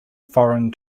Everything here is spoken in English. foreign